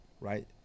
right